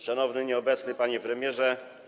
Szanowny Nieobecny Panie Premierze!